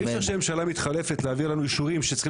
אי אפשר שממשלה מתחלפת להביא לנו אישורים שצריכים